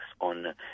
on